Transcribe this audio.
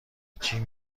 چین